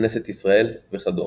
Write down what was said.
כנסת ישראל וכדומה.